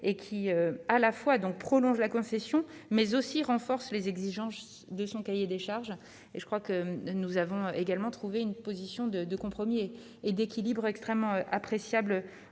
et qui à la fois donc prolonge la concession mais aussi renforce les exigences de son cahier des charges et je crois que nous avons également trouvé une position de compromis et d'équilibre extrêmement appréciable